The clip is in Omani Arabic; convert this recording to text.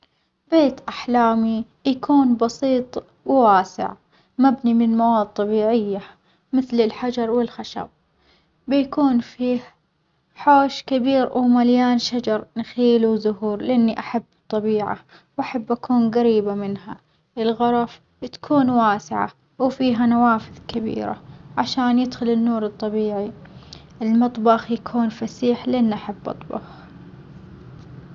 بيت أحلامي يكون بسيط وواسع مبني من مواد طبيعية مثل الحجر والخشب، بيكون فيه حوش كبير ومليان شجر نخيل وزهور لأني أحب الطبيعة وأحب أكون جريبة منها، الغرف تكون واسعة وفيها نوافذ كبيرة عشان يدخل النور الطبيعي، المطبخ يكون فسيح لأن أحب أطبخ.